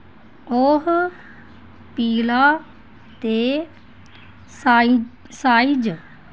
ओह् पीला ते साइज